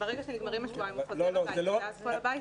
ברגע שנגמרים השבועיים וחוזרים הביתה כל הבית נדבק.